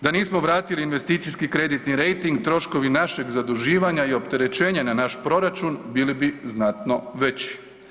Da nismo vratili investicijski kreditni rejting, troškovi našeg zaduživanja i opterećenja na naš proračun, bili bi znatno veći.